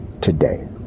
today